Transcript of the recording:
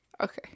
Okay